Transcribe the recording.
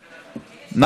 נא להצביע.